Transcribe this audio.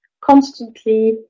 constantly